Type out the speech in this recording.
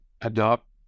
adopt